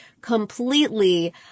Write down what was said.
completely